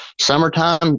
Summertime